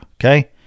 okay